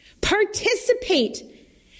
Participate